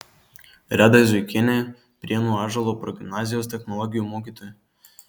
redai zuikienei prienų ąžuolo progimnazijos technologijų mokytojai